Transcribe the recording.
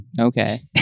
Okay